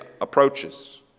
approaches